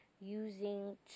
using